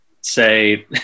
say